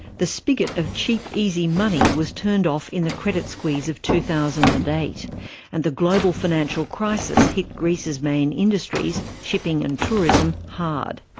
the spigot of cheap easy money was turned off in the credit squeeze of two thousand and eight and the global financial crisis hit greece's main industries shipping and tourism hard.